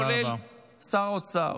כולל שר האוצר.